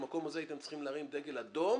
במקום הזה הייתם צריכים להרים דגל אדום